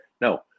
No